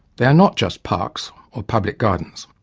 they are not just parks or public gardens.